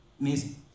Amazing